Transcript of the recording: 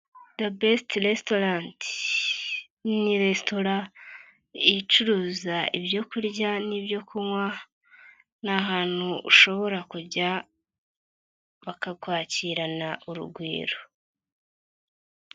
Debesiti resitoranti, ni resitora icuruza ibyo kurya n'ibyo kunywa, ni ahantu ushobora kujya, bakakwakirana urugwiro.